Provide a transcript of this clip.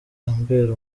ambera